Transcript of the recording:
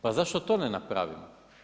Pa zašto to ne napravimo?